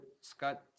Scott